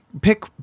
pick